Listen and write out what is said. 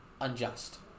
unjust